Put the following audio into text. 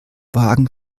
wagen